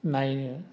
नायनो